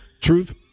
truth